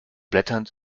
blätternd